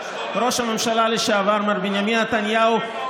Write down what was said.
ראש הממשלה לשעבר מר בנימין נתניהו,